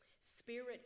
Spirit